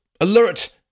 alert